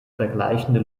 vergleichende